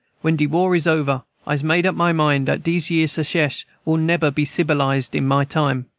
when de war is over. i'se made up my mind dat dese yere secesh will neber be cibilized in my time.